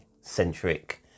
centric